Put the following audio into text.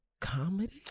comedy